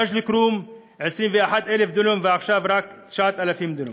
מג'ד אל-כרום, 21,000 דונם, ועכשיו רק 9,000 דונם.